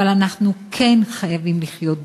אבל אנחנו כן חייבים לחיות יחד,